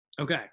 Okay